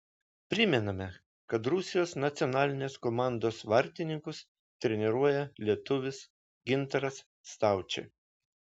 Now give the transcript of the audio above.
primename kad rusijos nacionalinės komandos vartininkus treniruoja lietuvis gintaras staučė